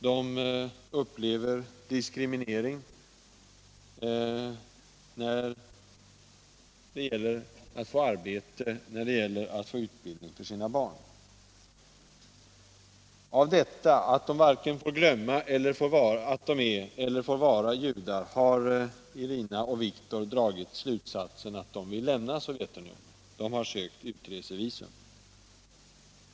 De upplever diskriminering när det gäller att få arbete, när det gäller att få utbildning för sina barn. Av detta har Irina och Viktor dragit slutsatsen att de vill lämna Sovjetunionen. De har sökt utresevisum.